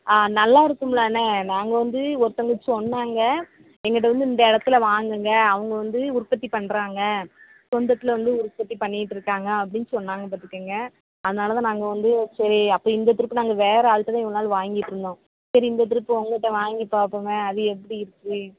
ஆ நல்லாயிருக்கும்ல அண்ணே நாங்கள் வந்து ஒருத்தவங்க சொன்னாங்க எங்ககிட்ட வந்து இந்த இடத்துல வாங்குங்க அவங்க வந்து உற்பத்தி பண்ணுறாங்க சொந்தத்தில் வந்து உற்பத்தி பண்ணிகிட்டு இருக்காங்க அப்படின்னு சொன்னாங்க பார்த்துக்கங்க அதனால் தான் நாங்கள் வந்து சரி அப்போ இந்த ட்ரிப்பு நாங்கள் வேறு ஆளுகிட்ட தான் இவ்வளோ நாள் வாங்கிகிட்ருந்தோம் சரி இந்த ட்ரிப்பு உங்ககிட்ட வாங்கி பார்ப்போமே அது எப்படி இருக்குது